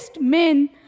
men